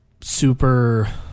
super